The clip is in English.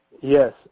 Yes